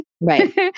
Right